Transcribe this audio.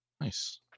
Nice